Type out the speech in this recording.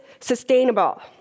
sustainable